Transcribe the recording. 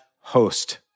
host